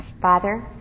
Father